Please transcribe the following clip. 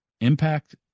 Impact